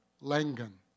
Langan